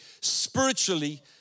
spiritually